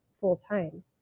full-time